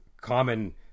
common